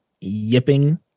yipping